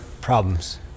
problems